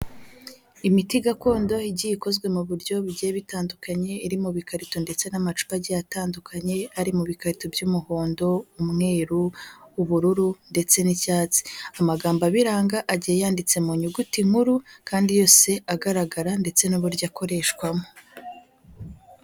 Imiti gakondo igiye ikozwe mu buryo bugiye butandukanye iri mu bikakarito ndetse n'amacupa agiye atandukanye, ari mu bikato by'umuhondo, umweru, ubururu, ndetse n'icyatsi, amagambo abiranga agiye yanyanditse mu nyuguti nkuru kandi yose agaragara, ndetse n'uburyo akoreshwamo.